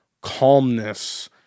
calmness